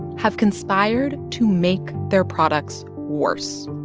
have conspired to make their products worse,